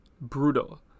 Brutal